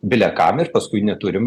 bile kam ir paskui neturim